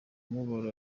mubabaro